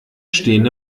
stehen